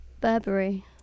Burberry